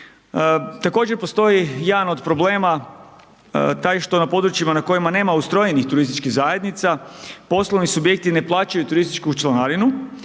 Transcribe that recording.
Također postoji jedan od problema taj što na područjima na kojima nema ustrojenih turističkih zajednica, poslovni subjekti ne plaćaju turističku članarinu,